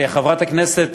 חברת הכנסת